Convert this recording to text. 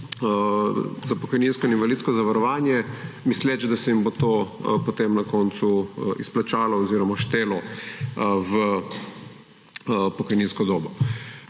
za pokojninsko in invalidsko zavarovanje, misleč, da se jim bo to potem na koncu izplačalo oziroma štelo v pokojninsko dobo.